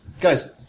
guys